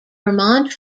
vermont